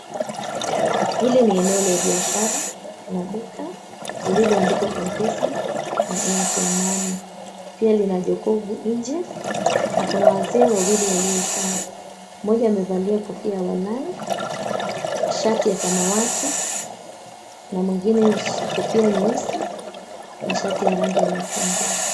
Hili ni eneo la biashara lililoandikwa MPesa na Airtel Money, pia lina jokovu nje na kuna wazee wawili waliokaa. Mmoja amevalia kofia ya walau, shati ya samawati, na mwengine kofia nyeusi na shati ya rangi ya machungwa.